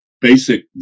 basic